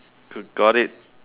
to got it